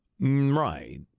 right